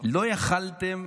לא יכולתם,